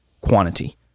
quantity